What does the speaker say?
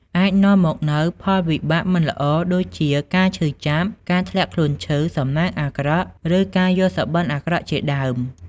អាចនាំមកនូវផលវិបាកមិនល្អ ដូចជា ការឈឺចាប់ ការធ្លាក់ខ្លួនឈឺ សំណាងអាក្រក់ ឬ ការយល់សុបិន្តអាក្រក់ជាដើម ។